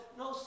no